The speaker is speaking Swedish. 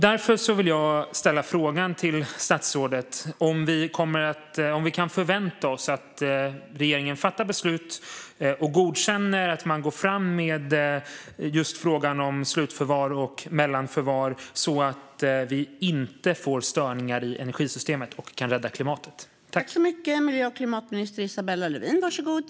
Därför vill jag ställa frågan till statsrådet om vi kan förvänta oss att regeringen fattar beslut och godkänner att man går fram med just frågan om slutförvar och mellanförvar så att vi kan rädda klimatet och inte får störningar i energisystemet.